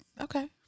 okay